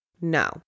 No